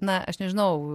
na aš nežinau